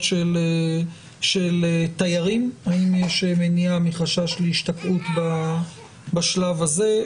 של תיירים האם יש מניעה מחשש להשתקעות בשלב הזה?